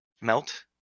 Melt